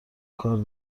کار